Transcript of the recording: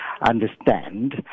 understand